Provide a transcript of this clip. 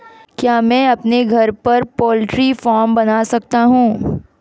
क्या मैं अपने घर पर पोल्ट्री फार्म बना सकता हूँ?